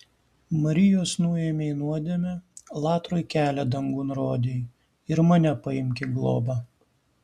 marijos nuėmei nuodėmę latrui kelią dangun rodei ir mane paimk į globą